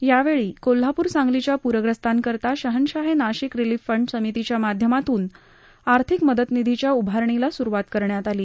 यावेळी कोल्हापूर सांगलीच्या पूरग्रस्तांकरिता शहंशाहे नाशिक रिलिफ फंड समितीच्या माध्यमातून आर्थिक मदतनिधीच्या उभारणीला स्रुवात करण्यात आली